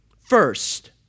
First